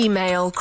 Email